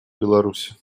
беларуси